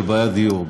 של בעיית דיור.